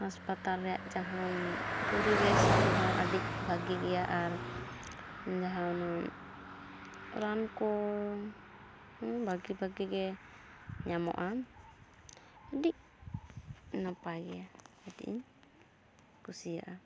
ᱦᱟᱸᱥᱯᱟᱛᱟᱞ ᱨᱮᱭᱟᱜ ᱡᱟᱦᱟᱱ ᱯᱚᱨᱤᱵᱮᱥ ᱠᱚᱦᱚᱸ ᱟᱹᱰᱤ ᱵᱷᱟᱜᱤ ᱜᱮᱭᱟ ᱟᱨ ᱡᱟᱦᱟᱸ ᱚᱱᱟ ᱨᱟᱱ ᱠᱚ ᱵᱷᱟᱜᱤ ᱵᱷᱟᱜᱤ ᱜᱮ ᱧᱟᱢᱚᱜᱼᱟ ᱟᱹᱰᱤ ᱱᱟᱯᱟᱭ ᱜᱮᱭᱟ ᱠᱟᱹᱴᱤᱡ ᱤᱧ ᱠᱩᱥᱤᱭᱟᱜᱼᱟ